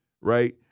right